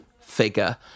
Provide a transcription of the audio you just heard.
figure